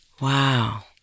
Wow